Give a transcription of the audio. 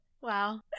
Wow